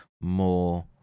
more